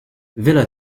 villa